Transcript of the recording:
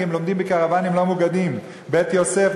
כי הם לומדים בקרוונים לא מוגנים: "בית יוסף",